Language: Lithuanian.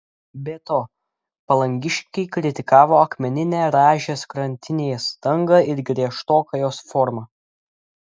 be to palangiškiai kritikavo akmeninę rąžės krantinės dangą ir griežtoką jos formą